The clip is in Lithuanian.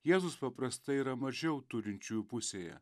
jėzus paprastai yra mažiau turinčiųjų pusėje